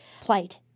plight